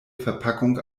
verpackung